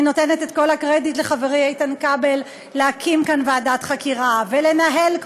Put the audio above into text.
אני נותנת את כל הקרדיט לחברי איתן כבל להקים כאן ועדת חקירה ולנהל,